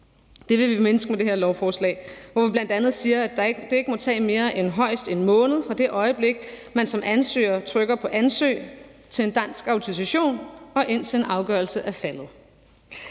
Det vil vi mindske med det her lovforslag, hvor vi bl.a. siger, at det ikke må tage mere end højst 1 måned fra det øjeblik, man som ansøger trykker for at ansøge om en dansk autorisation, og indtil en afgørelse er faldet